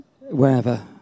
wherever